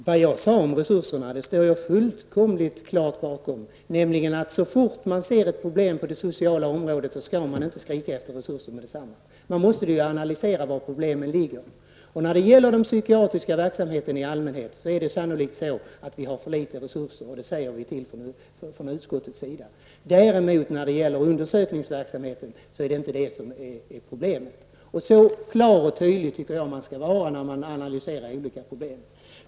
Herr talman! Det jag sade om resurserna står jag fullkomligt för, nämligen att så fort man ser ett problem på det sociala området skall man inte skrika efter resurser. Man måste analysera var problemen ligger. När det gäller den psykiatriska verksamheten i allmänhet har vi sannolikt för litet resurser, och det säger vi också från utskottets sida. Däremot är inte detta något problem när det gäller undersökningsverksamheten. Så klar och tydlig tycker jag att man skall vara när man analyserar olika problem.